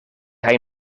hij